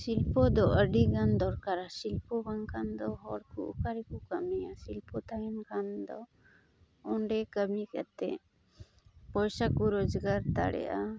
ᱥᱤᱞᱯᱚ ᱫᱚ ᱟᱹᱰᱤᱜᱟᱱ ᱫᱚᱨᱠᱟᱨᱟ ᱥᱤᱞᱯᱚ ᱵᱟᱝ ᱠᱷᱟᱱ ᱫᱚ ᱦᱚᱲ ᱠᱚ ᱚᱠᱟᱨᱮᱠᱚ ᱠᱟᱹᱢᱤᱭᱟ ᱥᱤᱞᱯᱚ ᱛᱟᱦᱮᱱ ᱠᱷᱟᱱ ᱫᱚ ᱚᱸᱰᱮ ᱠᱟᱹᱢᱤ ᱠᱟᱛᱮᱫ ᱯᱚᱭᱥᱟ ᱠᱚ ᱨᱚᱡᱜᱟᱨ ᱫᱟᱲᱮᱭᱟᱜᱼᱟ